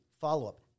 follow-up